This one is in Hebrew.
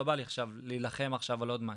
לא בא לי להילחם עכשיו על עוד משהו".